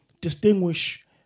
distinguish